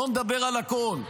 בואו נדבר על הכול,